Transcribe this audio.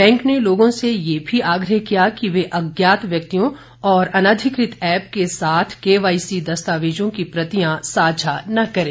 bank ने लोगों से ये भी आग्रह किया की वे अज्ञात व्यक्तियों और अनाधिकृत ऐप्प के साथ केवाईसी दस्तावेजों की प्रतियां साझा न करें